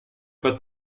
wird